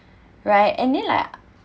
right and then like